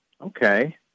okay